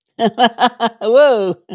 Whoa